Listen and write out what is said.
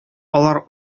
алар